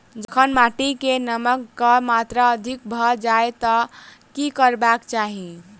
जखन माटि मे नमक कऽ मात्रा अधिक भऽ जाय तऽ की करबाक चाहि?